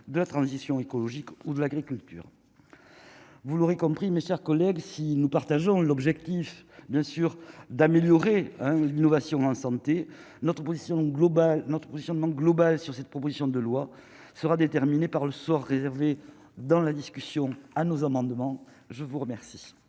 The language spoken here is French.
de la transition écologique ou de l'agriculture, vous l'aurez compris mes chers collègues, si nous partageons l'objectif bien sûr d'améliorer l'innovation en santé, notre position globale notre positionnement global sur cette proposition de loi sera déterminé par le sort réservé dans la discussion à nos amendements, je vous remercie.